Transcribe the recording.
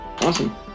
Awesome